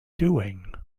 doing